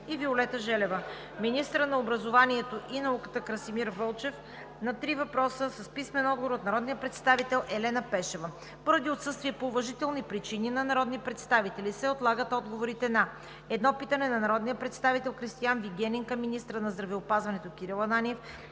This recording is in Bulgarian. Виолета Желева; - министърът на образованието и науката Красимир Вълчев – на три въпроса с писмен отговор от народния представител Елена Пешева. Поради отсъствие по уважителни причини на народни представители се отлагат отговорите на: - едно питане от народния представител Кристиан Вигенин към министъра на здравеопазването Кирил Ананиев;